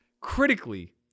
critically